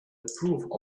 improve